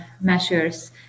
measures